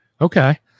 Okay